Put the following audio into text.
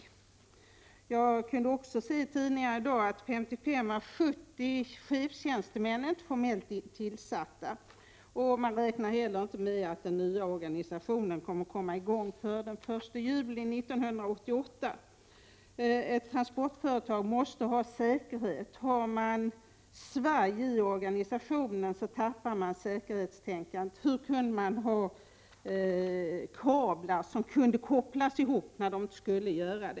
I dag kunde jag läsa i tidningen att 55 av 70 chefstjänstemän inte är formellt tillsatta. Dessutom räknar man inte med att den nya organisationen skall vara riktigt klar före den 1 juli 1988. Ett transportföretag måste tänka på säkerheten. Om det är ”svaj” i organisationen, går säkerhetstänkandet förlorat. Hur kunde det vara möjligt att kablar som inte skulle kopplas ihop ändå kopplades ihop?